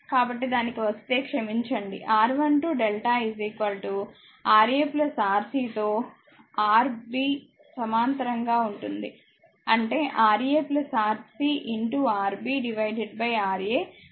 కాబట్టిదానికి వస్తే క్షమించండి R12డెల్టా Ra Rc తో Rb సమాంతరం గా ఉంటుంది అంటేRa RcRb Ra Rc Rb